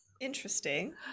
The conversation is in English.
Interesting